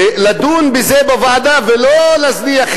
לדון בזה בוועדה ולא להזניח,